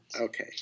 Okay